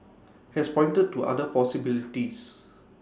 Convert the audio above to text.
has pointed to other possibilities